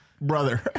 brother